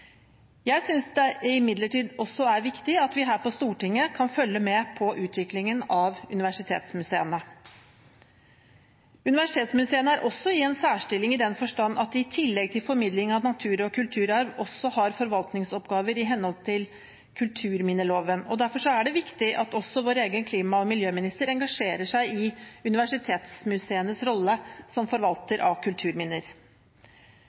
Jeg synes imidlertid det er viktig at vi her på Stortinget kan følge med på utviklingen av universitetsmuseene. Universitetsmuseene er i en særstilling i den forstand at de, i tillegg til formidling av natur- og kulturarv, også har forvaltningsoppgaver i henhold til kulturminneloven. Derfor er det viktig at også vår egen klima- og miljøminister engasjerer seg i universitetsmuseenes rolle som forvalter av kulturminner.